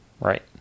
Right